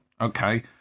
okay